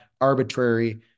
arbitrary